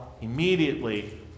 immediately